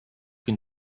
can